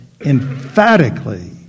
emphatically